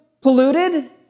polluted